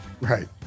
Right